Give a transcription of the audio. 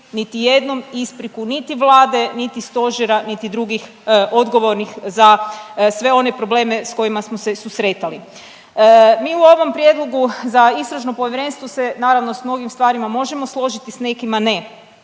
niti jednom ispriku niti Vlade niti Stožer niti drugih odgovornih za sve one probleme s kojima smo se susretali. Mi u ovom prijedlogu za istražno povjerenstvo se naravno, s mnogim stvarima možemo složiti, s nekima ne.